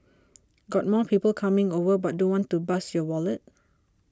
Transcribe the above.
got more people coming over but don't want to bust your wallet